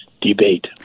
debate